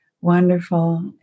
Wonderful